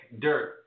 dirt